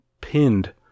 pinned